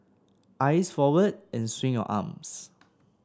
eyes forward and swing your arms